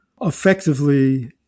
effectively